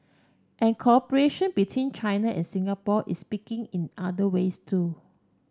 and cooperation between China and Singapore is picking in other ways too